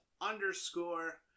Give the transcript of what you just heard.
underscore